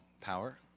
power